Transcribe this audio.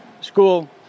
school